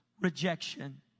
rejection